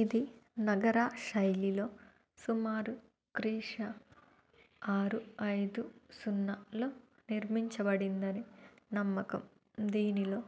ఇది నగరా శైలిలో సుమారు క్రీశ ఆరు ఐదు సున్నాలో నిర్మించబడిందని నమ్మకం దీనిలో